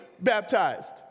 baptized